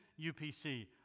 UPC